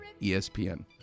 ESPN